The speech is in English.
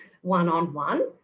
one-on-one